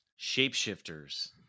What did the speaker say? Shapeshifters